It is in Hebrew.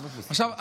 עכשיו,